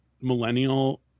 millennial